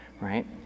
Right